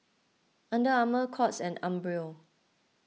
Under Armour Courts and Umbro